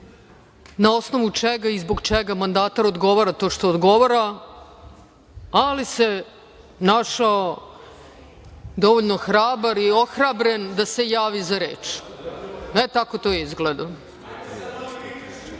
na osnovu čega i zbog čega mandatar odgovara to što odgovara, ali se našao dovoljno hrabar i ohrabren da se javi za reč. Tako to